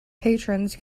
patrons